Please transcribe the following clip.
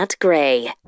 Gray